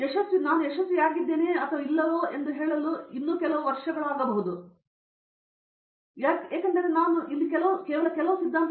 ಕಾಮಕೋಟಿ ನಾನು ಯಶಸ್ವಿಯಾಗಿದ್ದೇ ಅಥವಾ ಇಲ್ಲವೋ ಎಂದು ಹೇಳಲು ನಾವು ಇನ್ನೂ ಕೆಲವು ವರ್ಷಗಳಾಗಿದ್ದರೂ ಆದರೆ ಇಂದು ನಾನು ಕೆಲವು ಹ್ಯಾಂಡಿಕ್ಯಾಪ್ಗಳನ್ನು ಅನುಭವಿಸುವುದಿಲ್ಲ ಏಕೆಂದರೆ ನಾನು ಅಲ್ಲಿ ಸಿದ್ಧಾಂತವನ್ನು ತೆಗೆದುಕೊಂಡಿದ್ದೇನೆ